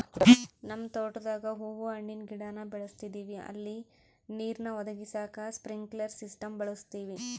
ನಮ್ ತೋಟುದಾಗ ಹೂವು ಹಣ್ಣಿನ್ ಗಿಡಾನ ಬೆಳುಸ್ತದಿವಿ ಅಲ್ಲಿ ನೀರ್ನ ಒದಗಿಸಾಕ ಸ್ಪ್ರಿನ್ಕ್ಲೆರ್ ಸಿಸ್ಟಮ್ನ ಬಳುಸ್ತೀವಿ